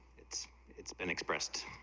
it's it's been expressed